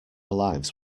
lives